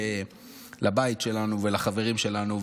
לבית שלנו ולחברים שלנו,